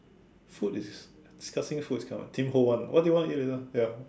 food is disgusting food Tim-Ho-Wan what do you want to eat later ya